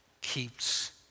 keeps